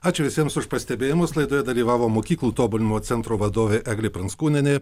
ačiū visiems už pastebėjimus laidoje dalyvavo mokyklų tobulinimo centro vadovė eglė pranckūnienė